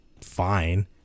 fine